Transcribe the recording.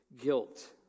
guilt